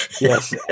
Yes